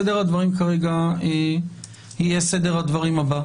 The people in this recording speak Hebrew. סדר הדברים כרגע יהיה סדר הדברים הבא.